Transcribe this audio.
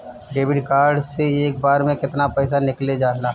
Debit card से एक बार मे केतना पैसा निकले ला?